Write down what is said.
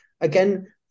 again